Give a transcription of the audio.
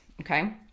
okay